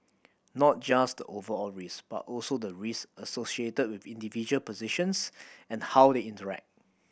not just the overall risk but also the risk associated with individual positions and how they interact